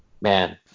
man